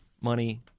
money